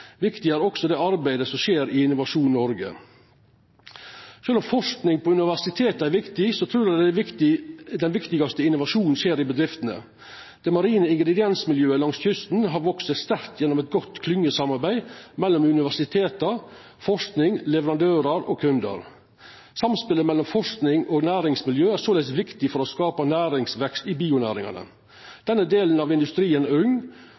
Viktig er også det arbeidet som skjer i Innovasjon Noreg. Sjølv om forsking ved universiteta er viktig, trur eg at den viktigaste innovasjonen skjer i bedriftene. Det marine ingrediensmiljøet langs kysten har vakse seg sterkt gjennom eit godt klyngesamarbeid mellom universiteta, forsking, leverandørar og kundar. Samspelet mellom forsking og næringsmiljø er såleis viktig for å skapa næringsvekst i bionæringane. Denne delen av industrien